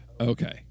Okay